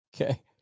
Okay